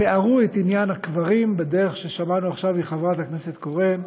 תיארו את עניין הקברים בדרך ששמענו עכשיו מחברת הכנסת קורן.